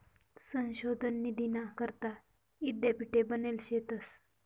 संशोधन निधीना करता यीद्यापीठे बनेल शेतंस